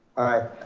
aye.